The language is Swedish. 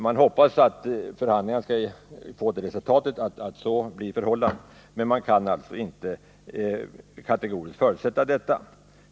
Man hoppas att förhandlingarna skall få det resultatet att så blir förhållandet, men man kan alltså inte kategoriskt förutsätta detta.